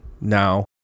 now